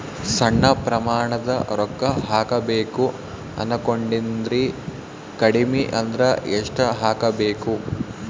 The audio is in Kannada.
ಸಣ್ಣ ಪ್ರಮಾಣದ ರೊಕ್ಕ ಹಾಕಬೇಕು ಅನಕೊಂಡಿನ್ರಿ ಕಡಿಮಿ ಅಂದ್ರ ಎಷ್ಟ ಹಾಕಬೇಕು?